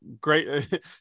great